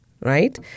right